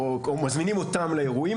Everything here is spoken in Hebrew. או מזמינים אותם לאירועים,